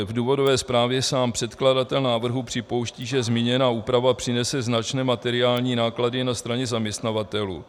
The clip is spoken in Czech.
V důvodové zprávě sám předkladatel návrhu připouští, že zmíněná úprava přinese značné materiální náklady na straně zaměstnavatelů.